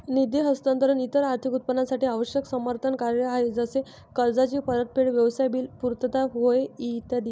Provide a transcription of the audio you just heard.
निधी हस्तांतरण इतर आर्थिक उत्पादनांसाठी आवश्यक समर्थन कार्य आहे जसे कर्जाची परतफेड, व्यवसाय बिल पुर्तता होय ई